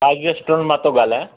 I G S hotel मां थो ॻाल्हायां